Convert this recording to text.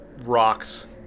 rocks